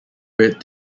red